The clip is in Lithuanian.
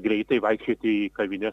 greitai vaikščioti į kavines